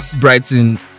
brighton